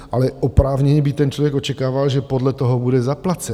Ale oprávněně by ten člověk očekával, že podle toho bude zaplacen.